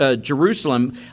Jerusalem